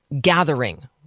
gathering